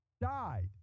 died